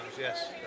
yes